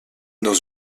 dans